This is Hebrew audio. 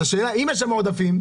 אם יש שם עודפים,